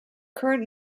current